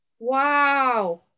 wow